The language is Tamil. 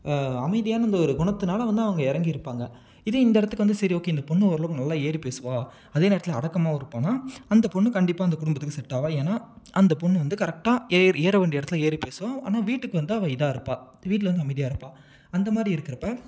அமைதியான அந்த ஒரு குணத்தினால் வந்து அவங்க இறங்கிருப்பாங்க இதே இந்த இடத்துக்கு வந்து சரி ஓகே இந்த பொண்ணு ஓரளவுக்கு நல்லா ஏறி பேசுவா அதே நேரத்தில் அடக்கமாகவும் இருப்பானால் அந்த பெண்ணு கண்டிப்பாக அந்த குடும்பத்துக்கு செட் ஆவாள் ஏன்னா அந்த பெண்ணு வந்து கரெக்டாக ஏற ஏற வேண்டிய இடத்துல ஏறி பேசுவாள் ஆனால் வீட்டுக்கு வந்தால் அவள் இதாக இருப்பாள் வீட்டில் வந்து அமைதியாக இருப்பாள் அந்த மாதிரி இருக்கிறப்ப